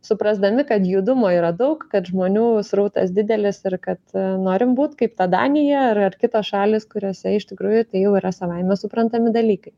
suprasdami kad judumo yra daug kad žmonių srautas didelis ir kad norim būt kaip ta danija ar ar kitos šalys kuriose iš tikrųjų tai jau yra savaime suprantami dalykai